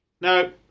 No